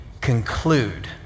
conclude